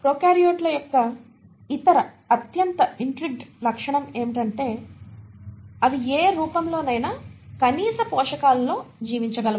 ప్రొకార్యోట్ల యొక్క ఇతర అత్యంత ఇంట్రిగ్విన్గ్ లక్షణం ఏమిటంటే అవి ఏ రూపంలోనైనా కనీస పోషకాలలో జీవించగలవు